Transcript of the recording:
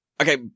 okay